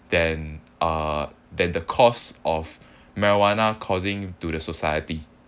than uh than the costs of marijuana causing to the society